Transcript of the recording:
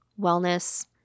wellness